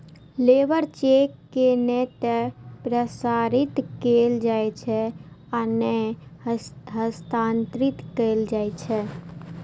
labour cheque के नै ते प्रसारित कैल जाइ छै आ नै हस्तांतरित कैल जाइ छै